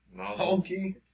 honky